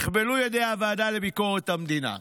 נכבלו ידי הוועדה לביקורת המדינה.